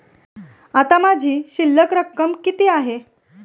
आता माझी शिल्लक रक्कम किती आहे?